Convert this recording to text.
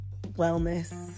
wellness